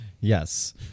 Yes